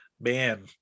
Man